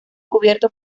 cubierto